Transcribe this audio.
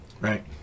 Right